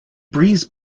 breeze